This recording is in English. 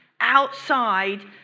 outside